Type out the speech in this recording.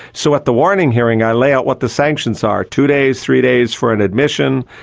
so at the warning hearing i lay out what the sanctions are two days, three days for an admission.